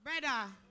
Brother